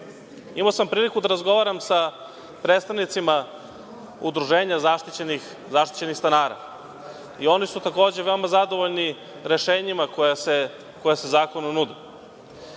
sam priliku da razgovaram sa predstavnicima Udruženja zaštićenih stanara. Oni su takođe veoma zadovoljni rešenjima koja se u zakonu nude,